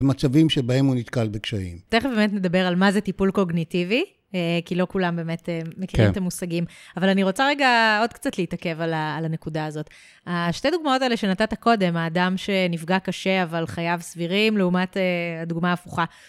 במצבים שבהם הוא נתקל בקשיים. תכף באמת נדבר על מה זה טיפול קוגניטיבי, כי לא כולם באמת. כן. מכירים את המושגים. אבל אני רוצה רגע עוד קצת להתעכב על הנקודה הזאת. השתי דוגמאות האלה שנתת קודם, האדם שנפגע קשה אבל חייו סבירים, לעומת הדוגמה ההפוכה.